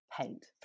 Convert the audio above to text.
paint